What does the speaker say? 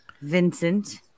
Vincent